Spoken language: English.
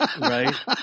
Right